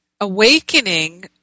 awakening